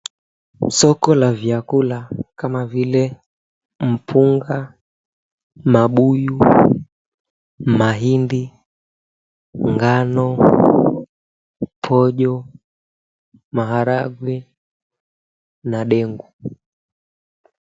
Soko la vyakula kama vile mpunga, mabuyu, mahindi, ngano, pojo, maharagwe, na dengu.